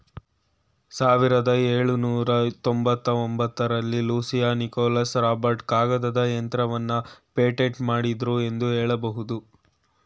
ಸಾವಿರದ ಎಳುನೂರ ತೊಂಬತ್ತಒಂಬತ್ತ ರಲ್ಲಿ ಲೂಸಿಯಾ ನಿಕೋಲಸ್ ರಾಬರ್ಟ್ ಕಾಗದದ ಯಂತ್ರವನ್ನ ಪೇಟೆಂಟ್ ಮಾಡಿದ್ರು ಎಂದು ಹೇಳಬಹುದು